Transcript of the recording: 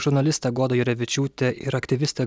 žurnalistė goda jurevičiūtė ir aktyvistė